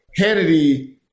Hannity